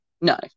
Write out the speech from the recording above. No